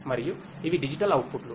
మరియు ఇవి డిజిటల్ అవుట్పుట్లు